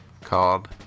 called